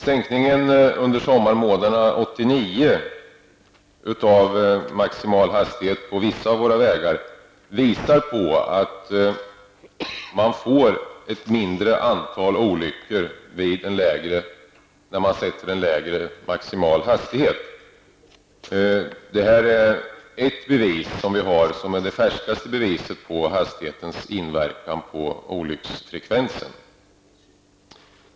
Sänkningen av maximalhastigheten på vissa av våra vägar under sommarmånaderna 1989 visar att man får ett mindre antal olyckor när man sätter en lägre maximal hastighet. Detta är det färskaste beviset på hastighetens inverkan på olycksfrekvensen.